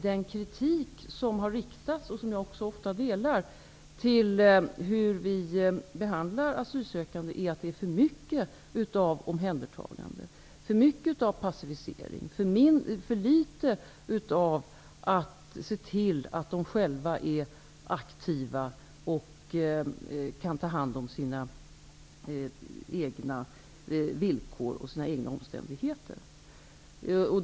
Den kritik som har riktats, och som jag ofta delar, mot hur asylsökande behandlas är att det är för mycket av omhändertagande, för mycket av passivisering och att man för litet ser till att de asylsökande själva är aktiva och kan ta hand om sina egna villkor och omständigheter.